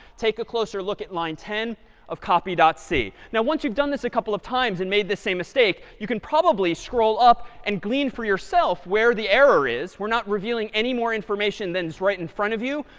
take a closer look at line ten of copy dot c. now once you've done this a couple of times and made the same mistake, you can probably scroll up and glean for yourself where the error is. we're not revealing any more information than is right in front of you.